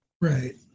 Right